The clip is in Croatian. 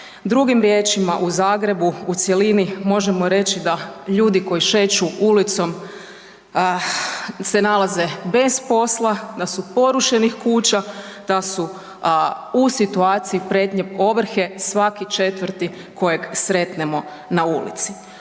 Drugim riječima, u Zagrebu u cjelini možemo reći da ljudi koji šeću ulicom se nalaze bez posla, da su porušenih kuća, da su u situaciji prijetnje ovrhe svaki četvrti kojeg sretnemo na ulici.